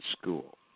school